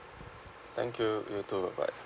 thank you you too bye bye